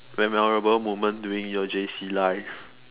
memorable moment during your J_C life